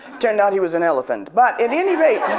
turned out he was an elephant but at any rate,